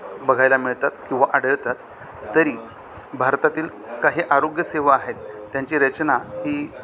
बघायला मिळतात किंवा आढळतात तरी भारतातील काही आरोग्यसेवा आहेत त्यांची रचना ही